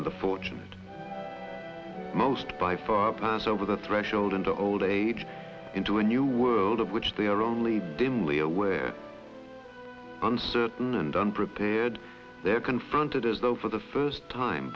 the fortunate most by far passed over the threshold into old age into a new world of which they are only dimly aware uncertain and unprepared they're confronted as though for the first time